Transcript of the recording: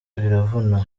biravuna